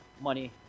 money